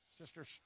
sisters